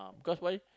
because why